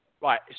Right